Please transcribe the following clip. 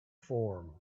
form